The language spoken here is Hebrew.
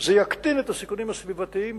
זה יקטין את הסיכונים הסביבתיים,